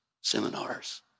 seminars